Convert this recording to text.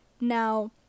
Now